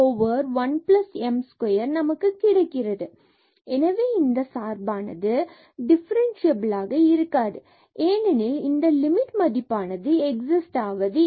z dz ΔxΔyΔx2Δy2 Along the path ymΔx z dz m1m2 எனவே இந்த சார்பானது டிஃபரன்ஸ்சியபிலாக இருக்காது ஏனெனில் இந்த லிமிட் மதிப்பானது எக்ஸிஸ்ட் ஆவது இல்லை